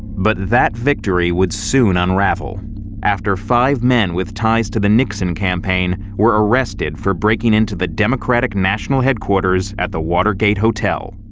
but that victory would soon unravel after five men with ties to the nixon campaign were arrested for breaking into the democratic national headquarters at the watergate hotel.